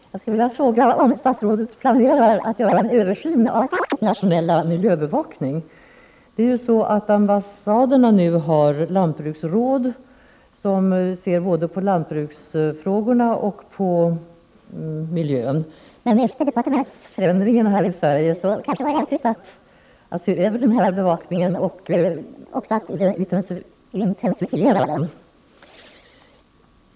Herr talman! Jag skulle vilja fråga om statsrådet planerar att göra en översyn av Sveriges internationella miljöbevakning. Ambassaderna har ju lantbruksråd som ser närmare både på lantbruksfrågorna och på miljön. Men efter departementsförändringen här i Sverige kanske det vore lämpligt att se över den bevakningen och också att intensifiera den.